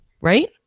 right